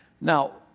Now